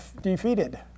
defeated